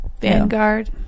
Vanguard